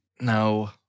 No